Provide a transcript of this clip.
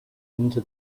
into